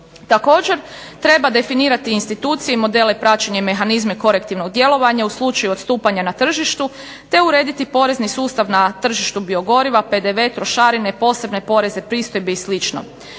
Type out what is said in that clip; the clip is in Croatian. Također treba još definirati institucije i modele praćenja mehanizme korektivnog djelovanja u slučaju odstupanja na tržištu te urediti porezni sustav na tržištu biogoriva, PDV, trošarine posebne poreze, pristojbe i